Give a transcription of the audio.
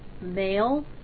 male